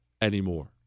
anymore